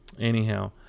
anyhow